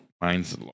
Mine's